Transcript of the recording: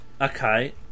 okay